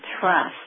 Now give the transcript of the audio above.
trust